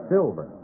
Silver